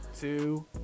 two